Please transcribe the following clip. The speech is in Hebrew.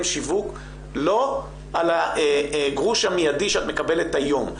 שיווק לא על הגרוש המידי שאת מקבלת היום.